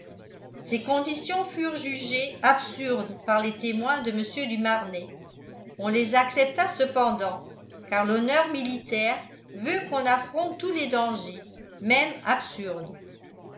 ces conditions furent jugées absurdes par les témoins de mr du marnet on les accepta cependant car l'honneur militaire veut qu'on affronte tous les dangers même absurdes